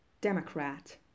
Democrat